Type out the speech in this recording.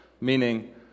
Meaning